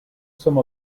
some